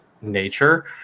nature